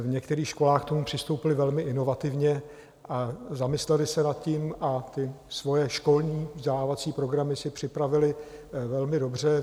V některých školách k tomu přistoupili velmi inovativně, zamysleli se nad tím a svoje školní vzdělávací programy si připravili velmi dobře.